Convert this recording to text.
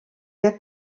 der